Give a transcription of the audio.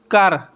ਘਰ